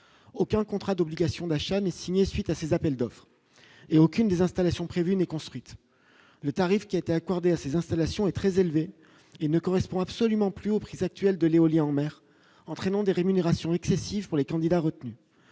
aucun contrat d'obligation d'achat mais signé suite à ces appels d'offres et aucune des installations prévues n'est construite le tarif qui a été accordé à ces installations est très élevé et ne correspond absolument plus aux prises actuel de l'éolien en mer, entraînant des rémunérations excessives pour les candidats retenus